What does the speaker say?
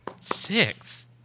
Six